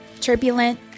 turbulent